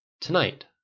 Tonight